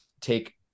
take